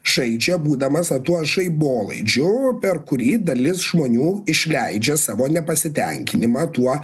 žaidžia būdamas a tuo žaibolaidžiu per kurį dalis žmonių išleidžia savo nepasitenkinimą tuo